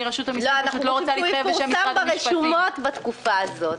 אנחנו רוצים שהוא יפורסם ברשומות בתקופה הזאת.